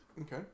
Okay